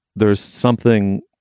there's something